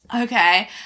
Okay